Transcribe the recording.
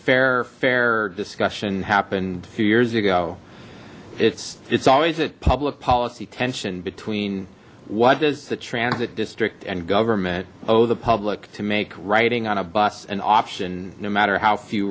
fair fair discussion happened a few years ago it's it's always a public policy tension between what does the transit district and government oh the public to make writing on a bus an option no matter how few